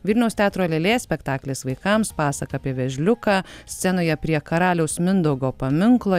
vilniaus teatro lėlė spektaklis vaikams pasaka apie vėžliuką scenoje prie karaliaus mindaugo paminklo